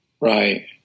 right